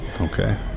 Okay